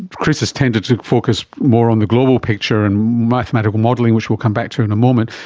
chris has tended to focus more on the global picture and mathematical modelling, which we'll come back to in a moment,